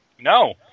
No